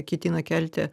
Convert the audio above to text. ketina kelti